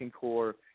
core